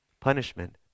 punishment